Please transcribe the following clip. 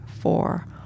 four